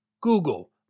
Google